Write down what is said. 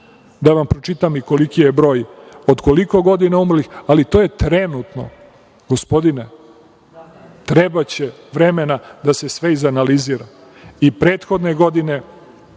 Da vam pročitam i koliki je broj, od koliko godina umrlih, ali to je trenutno. Gospodine, trebaće vremena da se sve izanalizira, i prethodne godine,